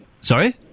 Sorry